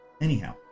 Anyhow